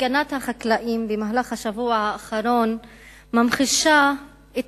הפגנת החקלאים בשבוע האחרון ממחישה את